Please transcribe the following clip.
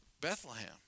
Bethlehem